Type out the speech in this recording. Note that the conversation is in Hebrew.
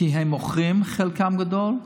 כי חלקם הגדול מוכרים.